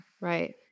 Right